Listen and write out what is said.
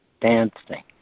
dancing